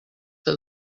has